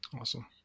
Awesome